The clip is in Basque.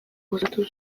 osatu